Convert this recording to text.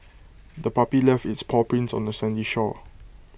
the puppy left its paw prints on the sandy shore